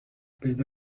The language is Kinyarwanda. perezida